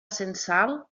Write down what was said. censal